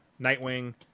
Nightwing